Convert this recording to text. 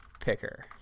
picker